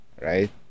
Right